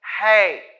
hey